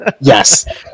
yes